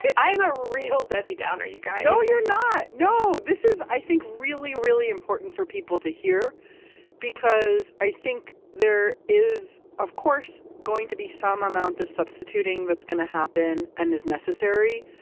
i am a real debbie downer, you guys no, you're not. no, this is i think, really, really important for people to hear because i think there is, of course, going to be some amount of substituting that's going to happen and is necessary.